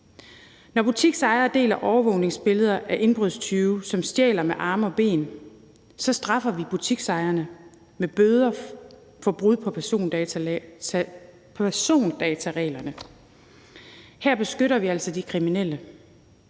Når butiksejere deler overvågningsbilleder af indbrudstyve, som stjæler med arme og ben, straffer vi butiksejerne med bøder for brud på persondatareglerne. Her beskytter vi altså de kriminelle.